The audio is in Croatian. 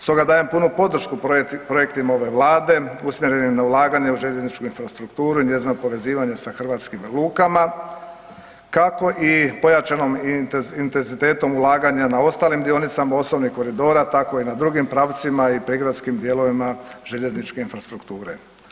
Stoga dajem punu podršku projektima ove Vlade usmjerenih na ulaganje u željezničku infrastrukturu i njezino povezivanje s hrvatskim lukama, kako i pojačanom intenzitetom ulaganja na ostalim dionicama, osnovnim koridora, tako i na drugim pravcima i prigradskim dijelovima željezničke infrastrukture.